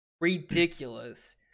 ridiculous